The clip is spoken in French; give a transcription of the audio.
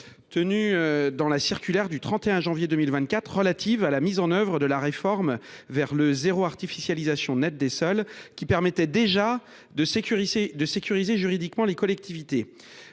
dans la circulaire du 31 janvier 2024 relative à la mise en œuvre de la réforme vers le « zéro artificialisation nette des sols », qui permettait déjà de sécuriser juridiquement les collectivités.